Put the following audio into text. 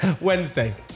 Wednesday